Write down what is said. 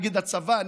נגד הצבא,